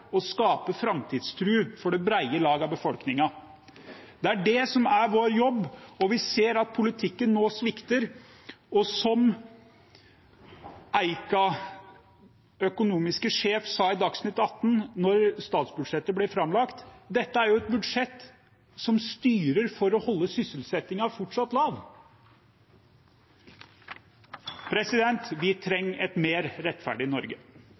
å ta utviklingen på alvor og skape framtidstro for det brede lag av befolkningen. Det er det som er vår jobb, og vi ser at politikken nå svikter. Og som Eikas økonomiske sjef sa i Dagsnytt 18 da statsbudsjettet ble framlagt: Dette er et budsjett som styrer for å holde sysselsettingen fortsatt lav. Vi trenger et mer rettferdig Norge.